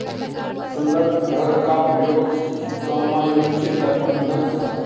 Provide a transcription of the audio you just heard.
संदर्भ दर का प्रयोग समायोज्य दर बंधक होता है